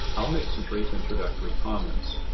i'll make some brief introductory comments.